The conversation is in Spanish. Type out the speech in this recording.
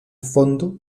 fondo